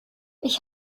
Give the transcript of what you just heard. ich